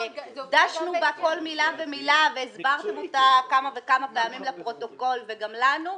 בה דשנו בכל מילה ומילה והסברתם אותה כמה וכמה פעמים לפרוטוקול וגם לנו.